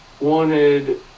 wanted